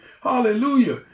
Hallelujah